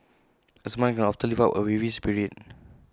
A smile can often lift up A weary spirit